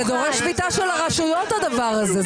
זה דורש שביתה של הרשויות הדבר הזה,